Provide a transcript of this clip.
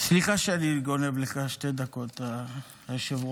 סליחה שאני גונב לך שתי דקות, היושב-ראש.